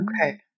Okay